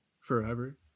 forever